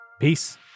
Peace